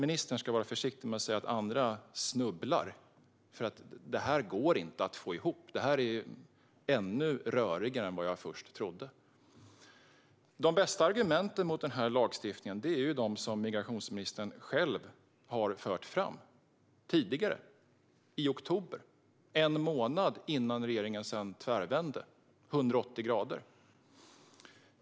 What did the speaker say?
Ministern ska vara försiktig med att säga att andra snubblar, för detta går inte att få ihop. Det är ännu rörigare än vad jag först trodde. De bästa argumenten mot denna lagstiftning är dem som migrationsministern själv förde fram i oktober, en månad innan regeringen tvärvände 180 grader.